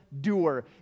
doer